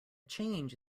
change